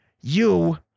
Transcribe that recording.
you-